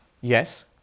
Yes